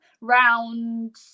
round